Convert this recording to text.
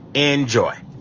enjoy